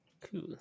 Cool